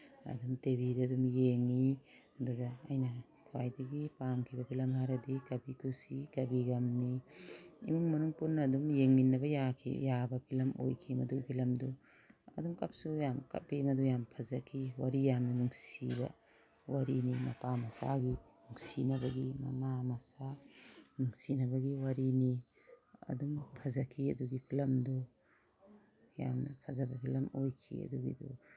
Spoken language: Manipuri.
ꯑꯗꯨꯝ ꯇꯤ ꯚꯤꯗ ꯑꯗꯨꯝ ꯌꯦꯡꯉꯤ ꯑꯗꯨꯒ ꯑꯩꯅ ꯈ꯭ꯋꯥꯏꯗꯒꯤ ꯄꯥꯝꯈꯤꯕ ꯐꯤꯂꯝ ꯍꯥꯏꯔꯗꯤ ꯀꯕꯤ ꯈꯨꯁꯤ ꯀꯕꯤ ꯒꯝꯅꯤ ꯏꯃꯨꯡ ꯃꯅꯨꯡ ꯄꯨꯟꯅ ꯑꯗꯨꯝ ꯌꯦꯡꯃꯤꯟꯅꯕ ꯌꯥꯕ ꯐꯤꯂꯝ ꯑꯣꯏꯈꯤ ꯃꯗꯨꯒꯤ ꯐꯤꯂꯝ ꯑꯗꯨ ꯑꯗꯨꯝ ꯀꯞꯁꯨ ꯌꯥꯝ ꯀꯞꯄꯤ ꯃꯗꯨ ꯌꯥꯝ ꯐꯖꯈꯤ ꯋꯥꯔꯤ ꯌꯥꯝꯅ ꯅꯨꯡꯁꯤꯕ ꯋꯥꯔꯤꯅꯤ ꯃꯄꯥ ꯃꯆꯥꯒꯤ ꯅꯨꯡꯁꯤꯅꯕꯒꯤ ꯃꯃꯥ ꯃꯆꯥ ꯅꯨꯡꯁꯤꯅꯕꯒꯤ ꯋꯥꯔꯤꯅꯤ ꯑꯗꯨꯝ ꯐꯖꯈꯤ ꯑꯗꯨꯒꯤ ꯐꯤꯂꯝꯗꯨ ꯌꯥꯝꯅ ꯐꯖꯕ ꯐꯤꯂꯝ ꯑꯣꯏꯈꯤ ꯑꯗꯨꯒꯤꯗꯨ